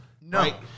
No